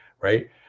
right